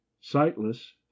sightless